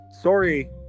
sorry